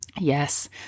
Yes